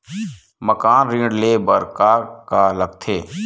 मकान ऋण ले बर का का लगथे?